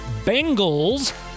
Bengals